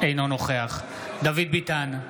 אינו נוכח דוד ביטן,